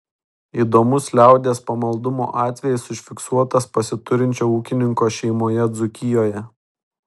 įdomus liaudies pamaldumo atvejis užfiksuotas pasiturinčio ūkininko šeimoje dzūkijoje